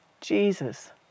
Jesus